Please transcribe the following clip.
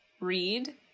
Read